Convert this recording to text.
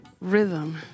Rhythm